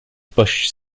busch